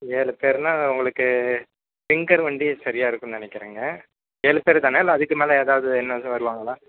ஏழு பேருன்னா உங்களுக்கு விங்கர் வண்டி சரியாக இருக்கும்னு நினைக்கிறேங்க ஏழு பேர் தானே இல்லை அதுக்கு மேலே ஏதாவது இன்னும் வருவாங்களா